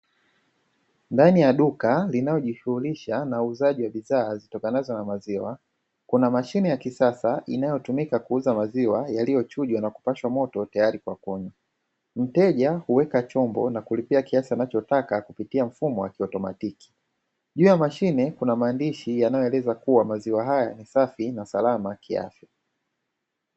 Ndani ya duka linalojishughulisha na uuzaji wa bidhaa zitokanazo na maziwa, kuna mashine ya kisasa inayotumika kuuza maziwa yaliyochujwa na kupashwa moto tayari kwa kunywa. Mteja huweka chombo na kulipia kiasi anachotaka kupitia mfumo wa kiotematiki. Juu ya mashine kuna maandishi yanayoeleza kuwa maziwa hayo ni safi na salama kiafya.